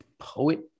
poet